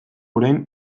orain